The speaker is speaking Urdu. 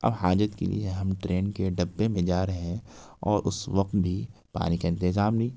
اب حاجت کے لیے ہم ٹرین کے ڈبے میں جا رہے ہیں اور اس وقت بھی پانی کا انتظام نہیں